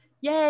Yay